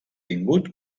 tingut